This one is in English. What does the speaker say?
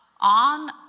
on